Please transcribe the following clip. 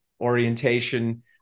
orientation